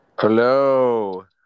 hello